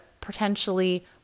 potentially